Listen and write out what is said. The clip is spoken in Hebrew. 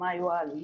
מה היו העלויות,